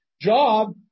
job